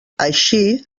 així